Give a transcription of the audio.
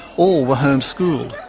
all were homeschooled.